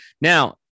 Now